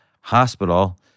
hospital